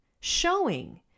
showing